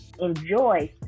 enjoy